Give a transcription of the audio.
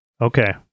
Okay